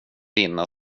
vinna